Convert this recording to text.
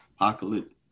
apocalypse